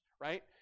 right